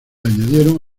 añadieron